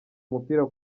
umupira